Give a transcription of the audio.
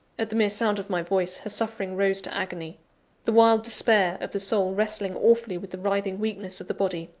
at the mere sound of my voice, her suffering rose to agony the wild despair of the soul wrestling awfully with the writhing weakness of the body,